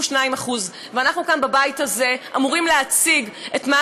72%. ואנחנו כאן בבית הזה אמורים להציג את מה